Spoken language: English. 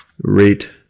rate